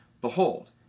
Behold